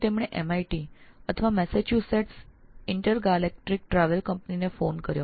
તેમણે MIT અથવા Massachusetts intergalactic travel company ને ફોન કર્યો